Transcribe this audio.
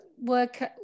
work